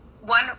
one